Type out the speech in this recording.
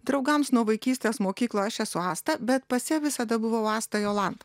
draugams nuo vaikystės mokykloj aš esu asta bet pase visada buvau asta jolant